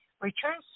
returns